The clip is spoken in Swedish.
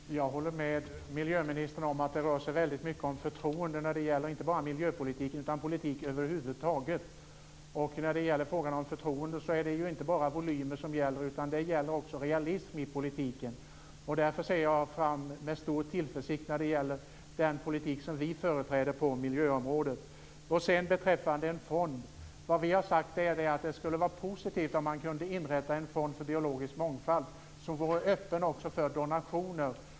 Fru talman! Jag håller med miljöministern om att det i hög grad rör sig om förtroende, inte bara när det gäller miljöpolitik utan när det gäller politik över huvud taget. I frågan om förtroende är det inte bara volymen som gäller, utan det handlar också om realism i politiken. Därför ser jag med stor tillförsikt fram emot den politik som vi företräder på miljöområdet. Beträffande detta med en fond har vi sagt att det skulle vara positivt om det kunde inrättas en fond för biologisk mångfald som var öppen också för donationer.